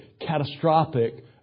catastrophic